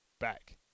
back